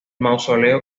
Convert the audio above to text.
mausoleo